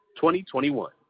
2021